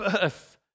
birth